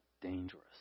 dangerous